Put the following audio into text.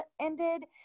ended